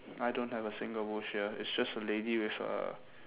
I don't have a single bush here it's just a lady with a